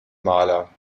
maler